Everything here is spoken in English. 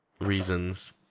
reasons